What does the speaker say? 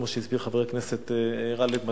כמו שהסביר חבר הכנסת גאלב מג'אדלה,